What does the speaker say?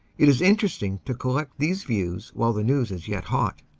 it is interesting to collect these views while the news is yet hot.